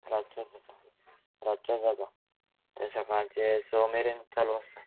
रातचे जाता रातचेच जाता ते सकाळचे स मेरेन चालू आसता